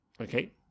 Okay